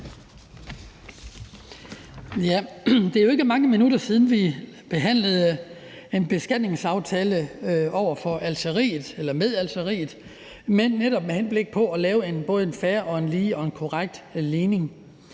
Det er jo ikke mange minutter siden, vi behandlede en beskatningsaftale med Algeriet, netop med henblik på at lave en både fair, lige og korrekt ligning.